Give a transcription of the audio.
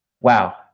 wow